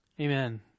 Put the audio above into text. Amen